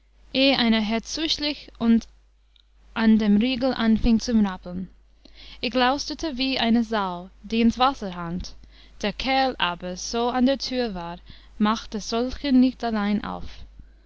einer herzuschlich und an dem riegel anfieng zu rappeln ich lausterte wie eine sau die ins wasser harnt der kerl aber so an der tür war machte solche nicht allein auf